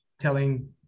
telling